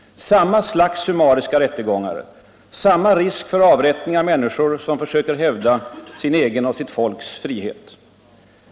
Samma slags summariska rättegångar, samma risk för avrättning av människor som söker hävda sin egen och sitt folks frihet.